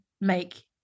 make